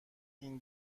این